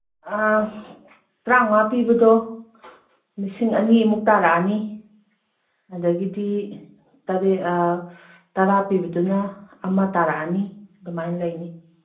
ꯑꯥ ꯇ꯭ꯔꯥꯉꯥ ꯄꯤꯕꯗꯣ ꯂꯤꯁꯤꯡ ꯑꯅꯤꯃꯨꯛ ꯇꯥꯔꯛꯑꯅꯤ ꯑꯗꯒꯤꯗꯤ ꯇꯔꯦꯠ ꯇꯔꯥ ꯄꯤꯕꯗꯨꯅ ꯑꯃ ꯇꯥꯔꯛꯑꯅꯤ ꯑꯗꯨꯃꯥꯏꯅ ꯂꯩꯅꯤ